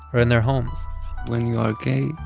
or in their homes when you are gay,